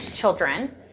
children